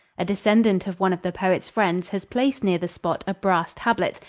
a descendant of one of the poet's friends has placed near the spot a brass tablet,